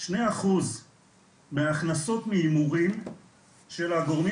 שני אחוז מההכנסות מהימורים של הגורמים